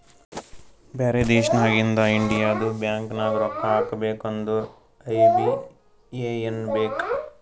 ಬ್ಯಾರೆ ದೇಶನಾಗಿಂದ್ ಇಂಡಿಯದು ಬ್ಯಾಂಕ್ ನಾಗ್ ರೊಕ್ಕಾ ಹಾಕಬೇಕ್ ಅಂದುರ್ ಐ.ಬಿ.ಎ.ಎನ್ ಬೇಕ್